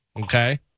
Okay